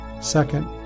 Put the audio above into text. second